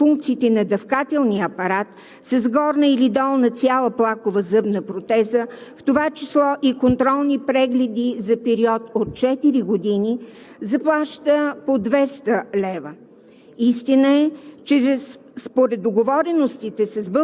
Истина е, че за дейностите по възстановяване функциите на дъвкателния апарат с горна или долна цяла плакова зъбна протеза, в това число и контролни прегледи за период от четири години, НЗОК заплаща по 200 лв.